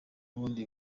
bundi